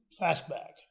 Fastback